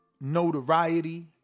notoriety